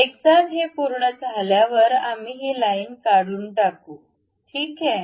एकदा हे पूर्ण झाल्यावर आम्ही ही लाइन काढून टाकू ठीक आहे